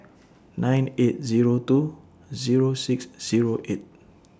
nine eight Zero two Zero six Zero eight